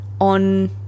on